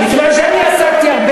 מכיוון שאני עסקתי,